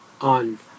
on